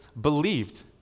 believed